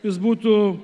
jis būtų